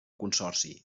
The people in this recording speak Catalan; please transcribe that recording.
consorci